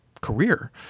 career